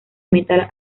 metal